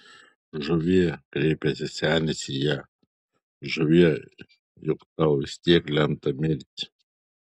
žuvie kreipėsi senis į ją žuvie juk tau vis tiek lemta mirti